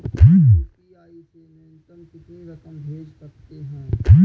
UPI से न्यूनतम कितनी रकम भेज सकते हैं?